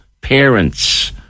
parents